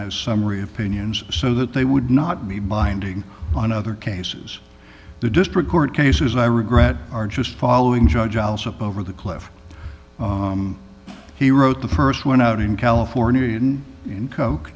as summary opinions so that they would not be binding on other cases the district court cases i regret are just following judge alice up over the cliff he wrote the st one out in california and coke